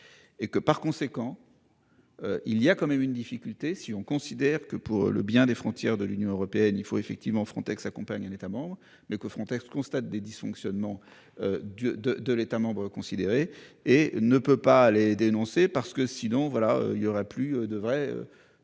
Et que par conséquent. Il y a quand même une difficulté si on considère que pour le bien des frontières de l'Union européenne, il faut effectivement Frontex accompagne un État-membre mais que Frontex constate des dysfonctionnements. De de de l'État membre considéré et ne peut pas les dénoncer parce que sinon voilà il y aura plus de vrai.